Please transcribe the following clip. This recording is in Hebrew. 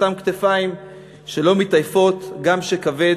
אותן כתפיים שלא מתעייפות גם כשכבד,